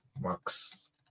Max